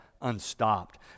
unstopped